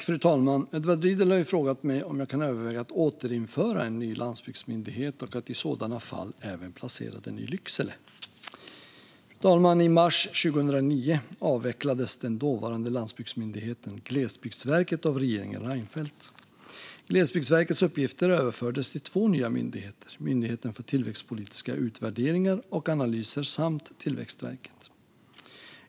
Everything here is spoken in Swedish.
Fru talman! Edward Riedl har frågat mig om jag kan överväga att införa en ny landsbygdsmyndighet och att i sådana fall även placera den i Lycksele. I mars 2009 avvecklades den dåvarande landsbygdsmyndigheten, Glesbygdsverket, av regeringen Reinfeldt. Glesbygdsverkets uppgifter överfördes till två nya myndigheter, Myndigheten för tillväxtpolitiska utvärderingar och analyser samt Tillväxtverket.